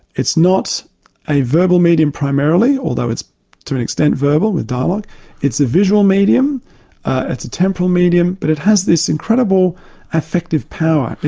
it's not a verbal medium primarily, although it's to an extent, verbal, with dialogue it's a visual medium, ah it's a temporal medium, but it has this incredible affective power.